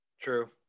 True